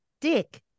Dick